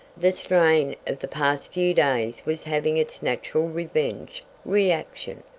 the strain of the past few days was having its natural revenge reaction.